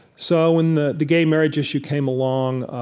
so when the the gay marriage issue came along,